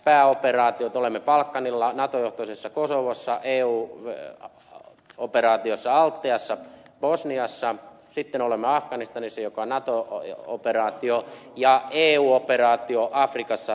olemme balkanilla nato johtoisessa kosovossa eu operaatiossa altheassa bosniassa sitten olemme afganistanissa mikä on nato operaatio ja eu operaatiossa afrikassa tsadissa